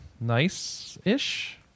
nice-ish